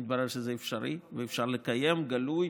מתברר שזה אפשרי ואפשר לקיים בגלוי,